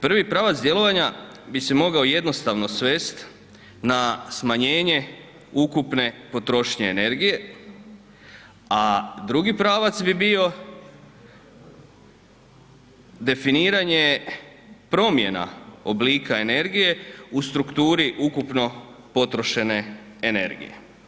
Prvi pravac djelovanja bi se mogao jednostavno svest na smanjenje ukupne potrošnje energije, a drugi pravac bi bio definiranje promjena oblika energije u strukturi ukupno potrošene energije.